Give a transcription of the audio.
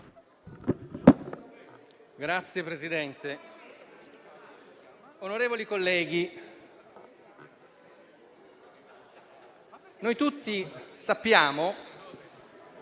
Signor Presidente, onorevoli colleghi, noi tutti sappiamo